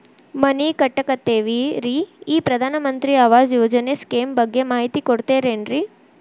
ಮನಿ ಕಟ್ಟಕತೇವಿ ರಿ ಈ ಪ್ರಧಾನ ಮಂತ್ರಿ ಆವಾಸ್ ಯೋಜನೆ ಸ್ಕೇಮ್ ಬಗ್ಗೆ ಮಾಹಿತಿ ಕೊಡ್ತೇರೆನ್ರಿ?